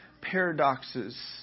paradoxes